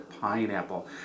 pineapple